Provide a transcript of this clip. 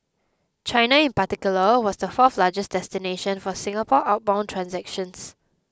China in particular was the fourth largest destination for Singapore outbound transactions